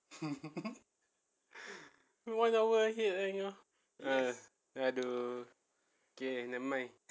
one hour ahead eh !aduh! okay never mind